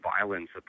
violence